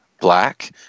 black